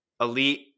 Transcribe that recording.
elite